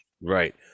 right